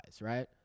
right